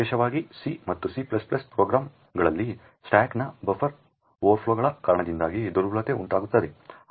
ವಿಶೇಷವಾಗಿ C ಮತ್ತು C ಪ್ರೋಗ್ರಾಮ್ಗಳಲ್ಲಿ ಸ್ಟಾಕ್ನಲ್ಲಿನ ಬಫರ್ ಓವರ್ಫ್ಲೋಗಳ ಕಾರಣದಿಂದಾಗಿ ದುರ್ಬಲತೆ ಉಂಟಾಗುತ್ತದೆ